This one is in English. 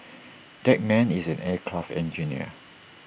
that man is an aircraft engineer